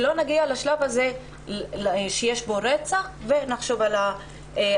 כדי שלא נגיע לשלב שיש בו רצח ואז נחשוב על האפוטרופסות.